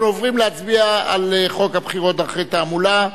אנחנו עוברים להצביע על חוק הבחירות (דרכי תעמולה)